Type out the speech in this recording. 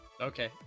Okay